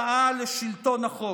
זאת בשורה רעה לשלטון החוק.